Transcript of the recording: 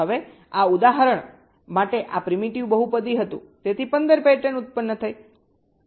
હવે આ ઉદાહરણ માટે આ પ્રીમિટિવ બહુપદી હતું તેથી 15 પેટર્ન ઉત્પન્ન થઇ